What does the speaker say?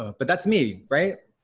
ah but that's me, right?